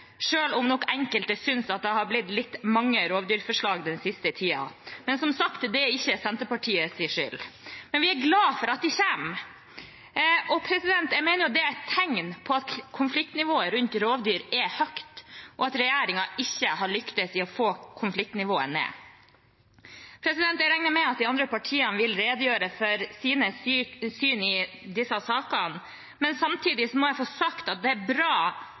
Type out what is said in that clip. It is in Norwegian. om nok enkelte synes at det har blitt litt mange rovdyrforslag den siste tiden. Men, som sagt, det er ikke Senterpartiets skyld, men vi er glad for at de kommer. Jeg mener det er et tegn på at konfliktnivået rundt rovdyr er høyt, og at regjeringen ikke har lyktes i å få konfliktnivået ned. Jeg regner med at de andre partiene vil redegjøre for sitt syn i disse sakene, men samtidig må jeg få sagt at det er bra